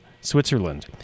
Switzerland